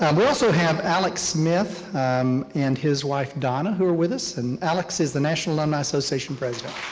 um we also have alex smith and his wife donna who are with us. and alex is the national alumni association president.